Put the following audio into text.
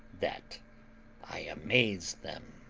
that i amazed them.